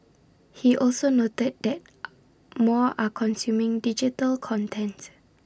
he also noted that more are consuming digital contents